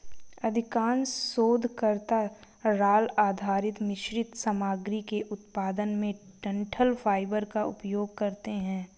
अधिकांश शोधकर्ता राल आधारित मिश्रित सामग्री के उत्पादन में डंठल फाइबर का उपयोग करते है